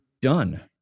done